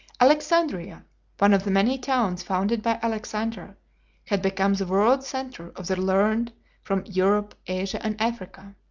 alexandria one of the many towns founded by alexander had become the world centre of the learned from europe, asia, and africa.